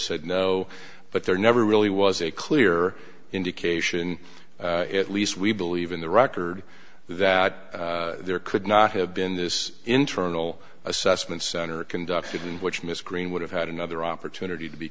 said no but there never really was a clear indication at least we believe in the record that there could not have been this internal assessment center conducted in which miss green would have had another opportunity to be